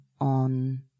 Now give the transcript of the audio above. on